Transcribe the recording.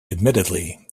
admittedly